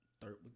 third